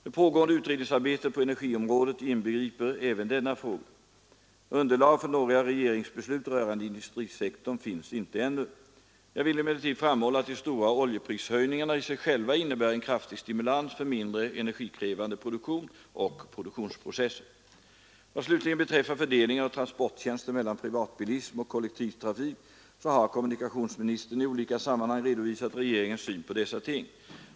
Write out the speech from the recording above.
Det pågående utredningsarbetet på energiområdet inbegriper även denna fråga. Underlag för några regeringsbeslut rörande industrisektorn finns inte ännu. Jag vill emellertid framhålla att de stora oljeprishöjningarna i sig själva innebär en kraftig stimulans för mindre energikrävande produktion och produktionsprocesser. Vad slutligen beträffar fördelningen av transporttjänster mellan privatbilism och kollektivtrafik har kommunikationsministern i olika sammanhang redovisat regeringens syn på dessa ting.